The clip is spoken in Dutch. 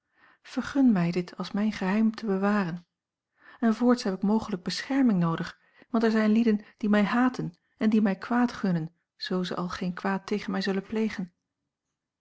vergun mij dit als mijn geheim te bewaren en voorts heb ik mogelijk bescherming noodig want er zijn lieden die mij haten en die mij kwaad gunnen zoo ze al geen kwaad tegen mij zullen plegen